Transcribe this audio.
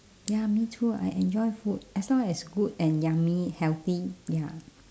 ya me too I enjoy food as long as good and yummy healthy ya